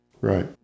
Right